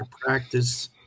practice